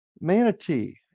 manatee